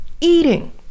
Eating